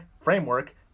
framework